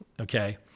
okay